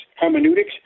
hermeneutics